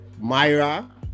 Myra